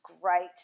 great